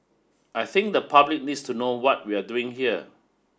I think the public needs to know what we're doing here